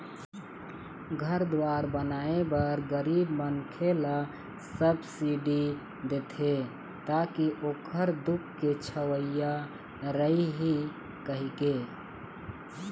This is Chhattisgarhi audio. घर दुवार बनाए बर गरीब मनखे ल सब्सिडी देथे ताकि ओखर खुद के छइहाँ रहय कहिके